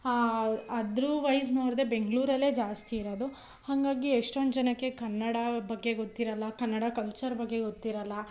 otherwise ನೋಡಿದೆ ಬೆಂಗಳೂರಲ್ಲೇ ಜಾಸ್ತಿ ಇರೋದು ಹಾಗಾಗಿ ಎಷ್ಟೊಂದು ಜನಕ್ಕೆ ಕನ್ನಡ ಬಗ್ಗೆ ಗೊತ್ತಿರೋಲ್ಲ ಕನ್ನಡ ಕಲ್ಚರ್ ಬಗ್ಗೆ ಗೊತ್ತಿರೋಲ್ಲ